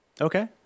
okay